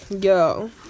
Yo